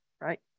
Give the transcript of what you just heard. right